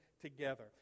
together